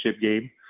game